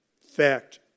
Fact